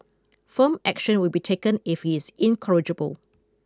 firm action will be taken if he is incorrigible